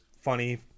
funny